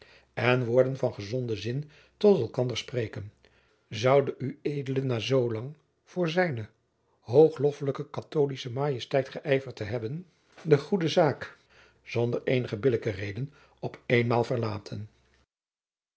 en woorden van gezonden zin tot elkanderen spreken zoude ued na zoolang voor zijne hoogloffelijke katholische majesteit geijverd te hebben de goede zaak zonder eenige billijke reden op eenmaal verlaten